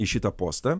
į šitą postą